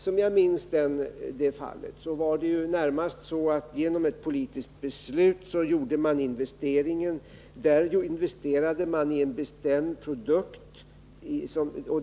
Som jag minns det fallet var det närmast så att genom ett politiskt beslut gjorde man investeringen. Man investerade i en bestämd produkt.